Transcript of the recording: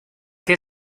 qué